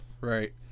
Right